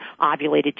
ovulated